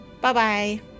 Bye-bye